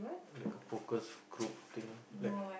like a focus group thing like